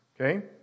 Okay